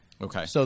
Okay